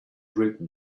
written